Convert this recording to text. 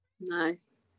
Nice